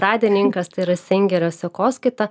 pradininkas tai yra singerio sekoskaita